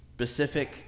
Specific